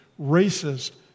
racist